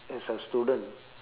as a student